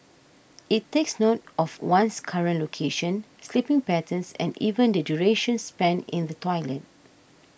it takes note of one's current location sleeping patterns and even the duration spent in the toilet